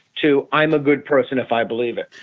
to i'm a good person if i believe it.